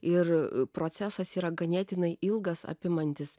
ir procesas yra ganėtinai ilgas apimantis